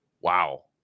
Wow